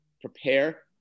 prepare